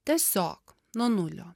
tiesiog nuo nulio